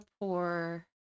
poor